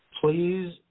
Please